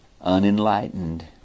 unenlightened